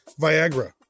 Viagra